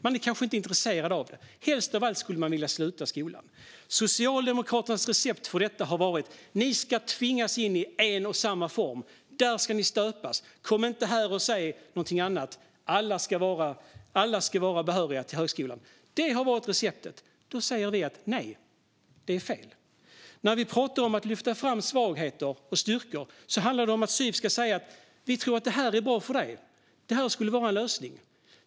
Man kanske inte är intresserad av det. Helst av allt skulle man vilja sluta skolan. Socialdemokraternas recept som svar på detta har varit: "Ni ska tvingas in i en och samma form. Där ska ni stöpas. Kom inte här och säg någonting annat! Alla ska vara behöriga till högskolan." Det har varit receptet. Nu säger vi nej. Det är fel. När vi talar om att lyfta fram svagheter och styrkor handlar det om att syv ska säga: "Vi tror att det här är bra för dig. Det här skulle vara en lösning.